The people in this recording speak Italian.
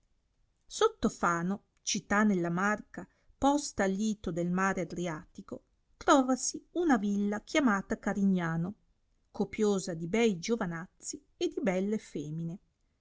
sotto fano città nella marca posta al lito del mare adriatico trovasi una villa chiamata carignano copiosa di bei giovanazzi e di belle femine